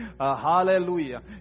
Hallelujah